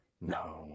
no